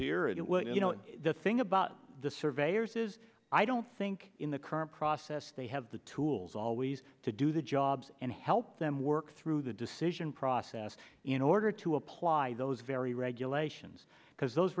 here and it was you know the thing about the surveyors is i don't think in the current process they have the tools always to do the jobs and help them work through the decision process in order to apply those very regulations because those